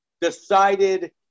decided